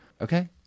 okay